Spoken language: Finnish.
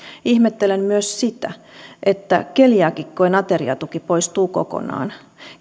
ihmettelen myös sitä että keliaakikkojen ateriatuki poistuu kokonaan